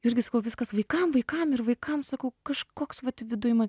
jurgi sakau viskas vaikam vaikam ir vaikam sakau kažkoks vat viduj ma